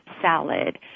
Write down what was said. salad